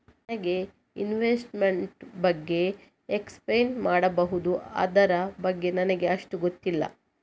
ನನಗೆ ಇನ್ವೆಸ್ಟ್ಮೆಂಟ್ ಬಗ್ಗೆ ಎಕ್ಸ್ಪ್ಲೈನ್ ಮಾಡಬಹುದು, ಅದರ ಬಗ್ಗೆ ನನಗೆ ಅಷ್ಟು ಗೊತ್ತಿಲ್ಲ?